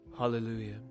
Hallelujah